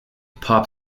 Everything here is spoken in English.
pop